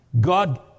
God